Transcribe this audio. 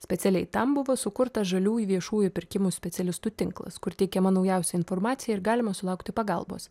specialiai tam buvo sukurtas žaliųjų viešųjų pirkimų specialistų tinklas kur teikiama naujausia informacija ir galima sulaukti pagalbos